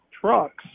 trucks